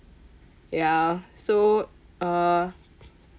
ya so uh